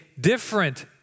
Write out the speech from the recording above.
different